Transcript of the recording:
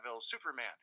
Superman